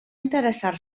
interessar